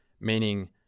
meaning